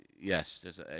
Yes